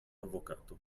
avvocato